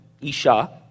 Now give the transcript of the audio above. Isha